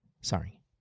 Sorry